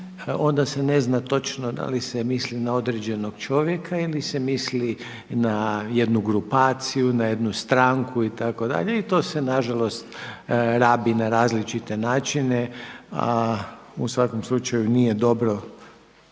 onda se ne zna točno da li se misli na određenog čovjeka ili se misli na jednu grupaciju, na jednu stranku itd. I to se na žalost rabi na različite načine, a u svakom slučaju nije dobro